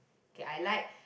okay I like